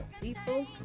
people